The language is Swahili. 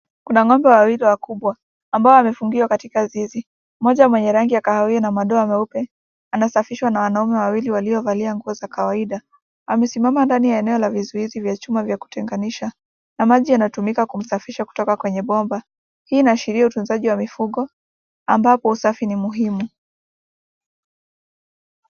Kuna ng'ombe wawili wakubwa ambao wamefungiwa katika zizi. Mmoja mwenye rangi ya kahawia na madora meupe anasafishwa na wanaume wawili waliovaa nguo za kawaida. Amesimama ndani ya eneo la vizuizi vya chuma vya kutenganisha. Na maji yanatumika kumsafisha kutoka kwenye bomba. Hii inaashiria utunzaji wa mifugo ambapo usafi ni muhimu.